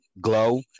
GLOW